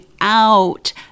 out